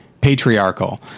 patriarchal